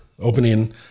opening